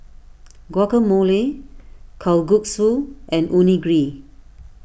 Guacamole Kalguksu and Onigiri